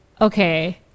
okay